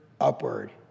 upward